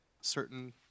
certain